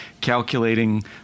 calculating